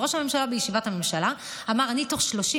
ראש הממשלה בישיבת הממשלה אמר: אני בתוך 30